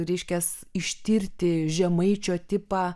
reiškias ištirti žemaičio tipą